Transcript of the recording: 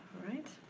right.